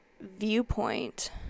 viewpoint